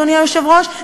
אדוני היושב-ראש,